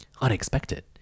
unexpected